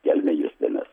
kelmė justinas